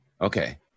Okay